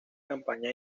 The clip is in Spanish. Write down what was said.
campaña